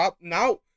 now